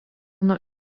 nuo